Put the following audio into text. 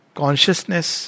consciousness